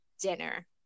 dinner